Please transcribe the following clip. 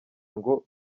ngo